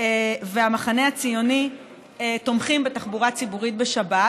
והמחנה הציוני תומכים בתחבורה ציבורית בשבת.